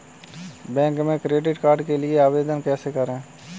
Bank में credit card के लिए आवेदन कैसे करें?